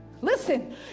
Listen